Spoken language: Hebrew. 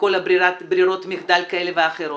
לכל ברירות מחדל כאלה ואחרות.